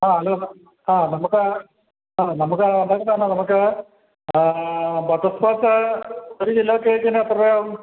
നമുക്ക് നമുക്ക് നമുക്ക് ബട്ടർ സ്കോച്ച് ഒരു കിലോ കേക്കിന് എത്ര രൂപയാകും